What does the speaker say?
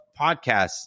podcasts